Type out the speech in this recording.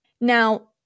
Now